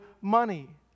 money